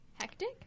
hectic